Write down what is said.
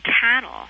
Cattle